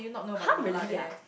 !huh! really ah